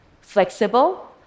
flexible